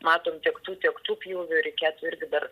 matom tiek tų tiek tų pjūvių reikėtų irgi dar